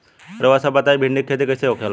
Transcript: रउआ सभ बताई भिंडी क खेती कईसे होखेला?